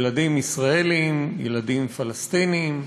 ילדים ישראלים, ילדים פלסטינים,